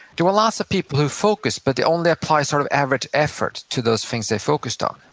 there were lots of people who focused, but they only applied sort of average effort to those things they focused on.